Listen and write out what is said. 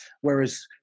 whereas